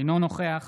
אינו נוכח